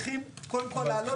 צריכים קודם כול להעלות אותם.